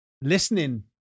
listening